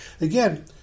Again